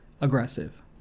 aggressive